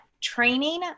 training